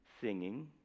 Singing